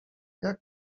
jak